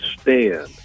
stand